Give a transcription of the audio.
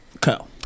Co